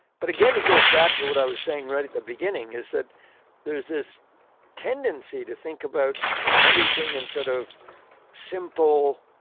but again, it goes back to what i was saying right at the beginning, is that there's this tendency to think about everything in sort of simple,